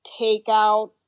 takeout